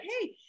hey